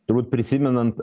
turbūt prisimenant